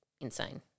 insane